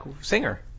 singer